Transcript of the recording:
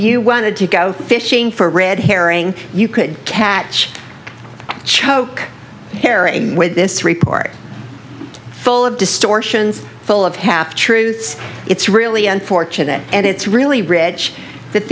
you wanted to go fishing for red herring you could catch choke herring with this report full of distortions full of half truths it's really unfortunate and it's really rich that